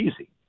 easy